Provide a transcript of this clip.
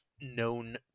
known